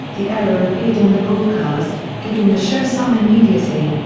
the error appeared in the broadcast, giving the show some immediacy.